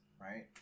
right